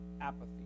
apathy